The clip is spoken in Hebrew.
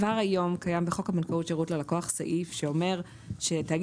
כבר היום קיים בחוק הבנקאות (שירות ללקוח) סעיף שאומר שתאגיד